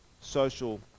social